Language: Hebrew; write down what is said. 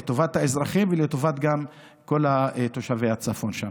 לטובת האזרחים וגם לטובת כל תושבי הצפון שם.